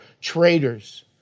traitors